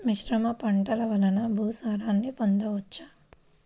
మిశ్రమ పంటలు వలన భూసారాన్ని పొందవచ్చా?